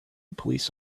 police